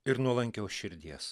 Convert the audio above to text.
ir nuolankios širdies